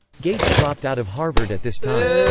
gates dropped out of harvard at this time.